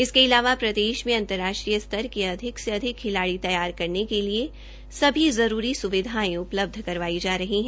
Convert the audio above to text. इसके अलावा प्रदेश में अंतर्राष्ट्रीय स्तर के अधिक से अधिक खिलाड़ी तैयार करने के लिए सभी जरूरी सुविधाएं उपलब्ध करवाई जा रही हैं